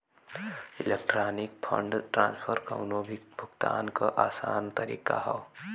electronic fund transfer कउनो भी भुगतान क आसान तरीका हौ